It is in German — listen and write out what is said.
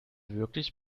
wirklich